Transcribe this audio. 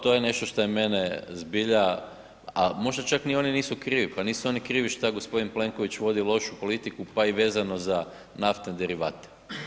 To, to je nešto što je mene zbilja, a možda čak ni oni nisu krivi, pa nisu oni krivi što g. Plenković vodi lošu politiku pa i vezano za naftne derivate.